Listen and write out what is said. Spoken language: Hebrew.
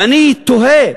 ואני תוהה: